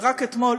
ורק אתמול,